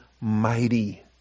mighty